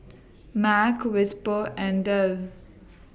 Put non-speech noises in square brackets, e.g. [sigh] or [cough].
[noise] Mac Whisper and Dell